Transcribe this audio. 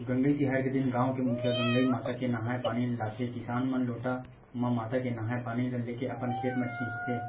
गंगई तिहार के दिन गाँव के मुखिया गंगई माता के नंहाय पानी लाथे किसान मन लोटा म माता के नंहाय पानी ल लेके अपन खेत म छींचथे